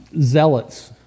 zealots